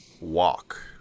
walk